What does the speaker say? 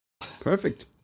Perfect